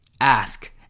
ask